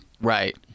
right